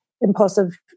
impulsive